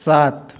सात